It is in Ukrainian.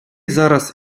зараз